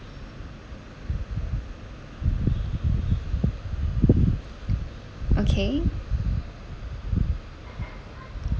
okay